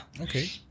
Okay